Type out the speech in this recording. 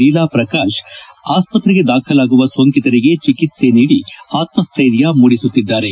ಲೀಲಾ ಪ್ರಕಾಶ ಆಸ್ಪತ್ರೆಗೆ ದಾಖಲಾಗುವ ಸೋಂಕಿತರಿಗೆ ಚಿಕಿತ್ವೆ ನೀಡಿ ಆತಸ್ಸೈರ್ಯ ಮೂಡಿಸುತ್ತಿದ್ದಾರೆ